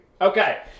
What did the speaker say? Okay